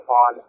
on